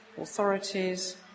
authorities